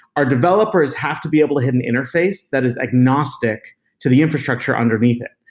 our developers have to be able to hit and interface that is agnostic to the infrastructure underneath it.